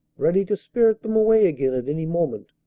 ready to spirit them away again at any moment.